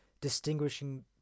distinguishing